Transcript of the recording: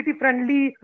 friendly